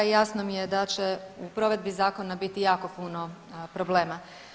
Jasno mi je da će u provedbi zakona biti jako puno problema.